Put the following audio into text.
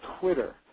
Twitter